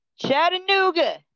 Chattanooga